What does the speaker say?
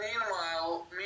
meanwhile